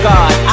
God